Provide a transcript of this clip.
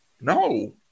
No